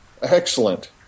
excellent